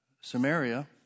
Samaria